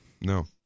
no